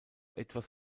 etwas